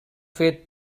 fer